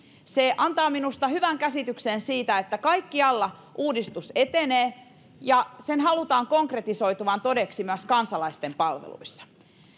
se antaa minusta hyvän käsityksen siitä että kaikkialla uudistus etenee ja sen halutaan konkretisoituvan todeksi myös kansalaisten palveluissa